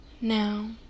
Now